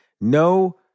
No